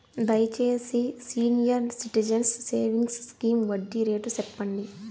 దయచేసి senior citizens savings scheme వడ్డీ rate సెప్పండి